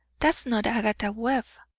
that's not agatha webb.